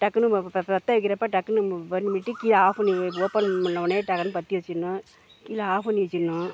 டக்குன்னு பற்ற வைக்கிறப்போ டக்குன்னு பேர்ன் பண்ணிவிட்டு கீழே ஆஃப் பண்ணி ஓப்பன் பண்ணவுன்னே டக்குன்னு பற்ற வெச்சுட்ணும் இல்லை ஆஃப் பண்ணி வெச்சுட்ணும்